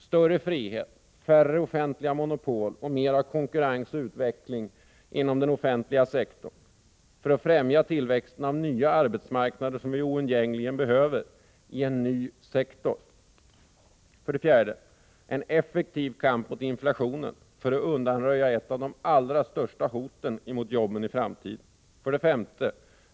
Större frihet, färre offentliga monopol och mera av konkurrens och utveckling inom den offentliga sektorn för att främja tillväxten av nya arbetsmarknader som vi oundgängligen behöver i en ny sektor. 4. En effektiv kamp mot inflationen för att undanröja ett av de allra största hoten mot jobben i framtiden. 5.